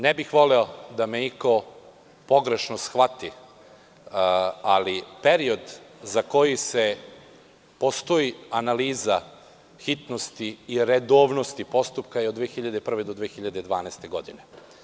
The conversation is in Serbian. Ne bih voleo da me iko pogrešno shvati, ali period za koji postoji analiza hitnosti i redovnosti postupka je od 2001. do 2012. godine.